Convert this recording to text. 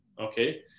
okay